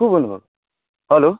को बोल्नु भएको हेलो